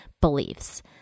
beliefs